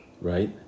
right